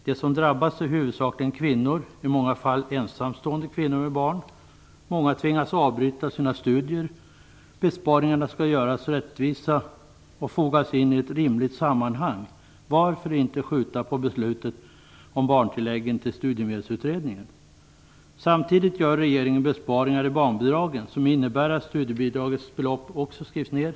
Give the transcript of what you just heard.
De som drabbas är huvudsakligen kvinnor, i många fall ensamstående kvinnor med barn. Många tvingas avbryta sina studier. Besparingarna skall göras rättvisa och fogas in i ett rimligt sammanhang. Varför inte skjuta på beslutet om barntilläggen till studiemedelsutredningen? Samtidigt gör regeringen besparingar i barnbidragen som innebär att studiebidragets belopp också skrivs ner.